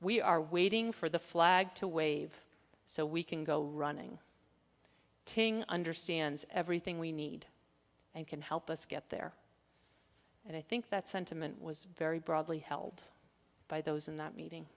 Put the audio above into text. we are waiting for the flag to wave so we can go running ting understands everything we need and can help us get there and i think that sentiment was very broadly held by those in that meeting